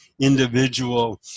individual